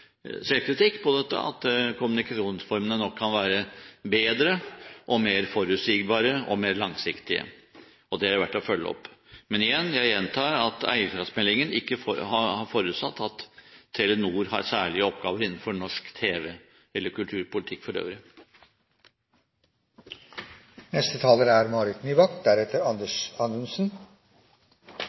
dette, om at kommunikasjonsformene kan være bedre, mer forutsigbare og mer langsiktige. Det er det verdt å følge opp. Jeg gjentar: Eierskapsmeldingen har ikke forutsatt at Telenor har særlige oppgaver innenfor norsk tv eller kulturpolitikk for